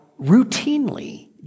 routinely